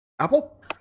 Apple